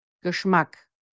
Geschmack